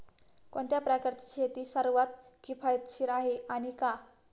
कोणत्या प्रकारची शेती सर्वात किफायतशीर आहे आणि का?